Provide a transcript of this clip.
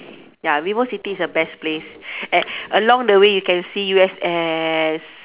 ya VivoCity is the best place and along the way you can see U_S_S